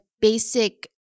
basic